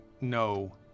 no